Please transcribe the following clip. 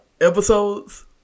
episodes